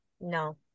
no